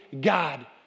God